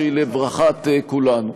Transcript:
שהיא לברכת כולנו.